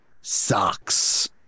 socks